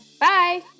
bye